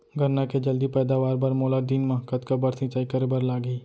गन्ना के जलदी पैदावार बर, मोला दिन मा कतका बार सिंचाई करे बर लागही?